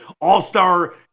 All-Star